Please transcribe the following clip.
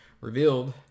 revealed